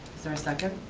is there a second?